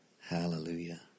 Hallelujah